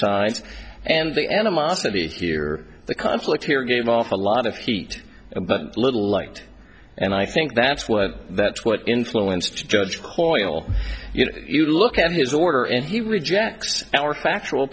sides and the animosity here the conflict here gave a lot of heat a little light and i think that's what that's what influenced judge coyle you know you look at his order and he rejects our factual